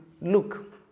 Look